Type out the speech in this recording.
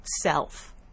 self